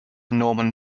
norman